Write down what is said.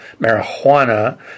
marijuana